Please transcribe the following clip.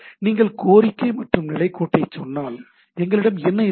நீங்கள் கோரிக்கை மற்றும் நிலைக் கோட்டைச் சொன்னால் எங்களிடம் என்ன இருக்கிறது